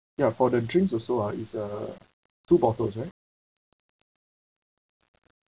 ya for the drinks also ah is uh two bottles right